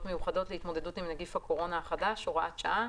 מיוחדות להתמודדות עם נגיף הקורונה החדש (הוראת שעה),